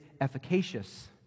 efficacious